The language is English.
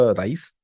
rice